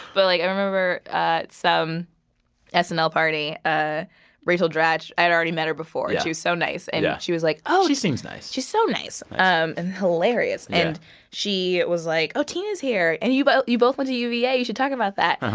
but, like, i remember at some ah snl party, ah rachel dratch i had already met her before. and she's so nice. and yeah she was like, oh. she seems nice she's so nice and hilarious. and she was like, oh, tina's here. and you but you both want to uva. you should talk about that.